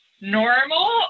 normal